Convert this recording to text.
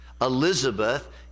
Elizabeth